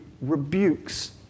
rebukes